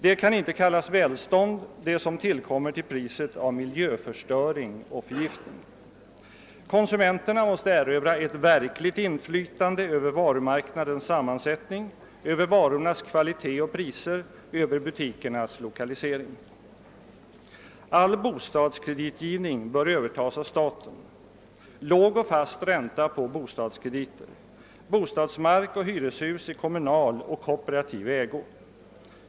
Det kan inte kallas välstånd som tillkommer till priset av miljöförstöring och förgiftning. Konsumenterna måste erövra ett verkligt inflytande över varumarknadens sammansättning, över varornas kvalitet och priser, över butikernas 1okalisering. All bostadskreditgivning bör övertas av staten. Låg och fast ränta hålls på bostadskrediter. Bostadsmark och hyreshus överförs i kommunal och kooperativ ägo.